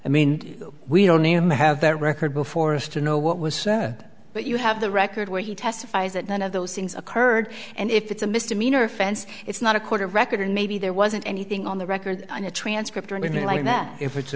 i mean we don't even have that record before us to know what was said but you have the record where he testifies that none of those things occurred and if it's a misdemeanor offense it's not a quarter record maybe there wasn't anything on the record on a transcript or anything like that if it's a